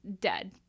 dead